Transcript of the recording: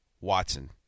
Watson